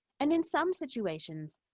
and in some situations,